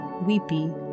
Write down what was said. weepy